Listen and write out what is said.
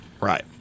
right